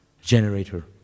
generator